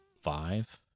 five